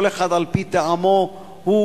כל אחד על-פי טעמו הוא,